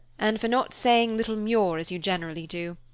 and for not saying little muir as you generally do.